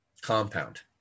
compound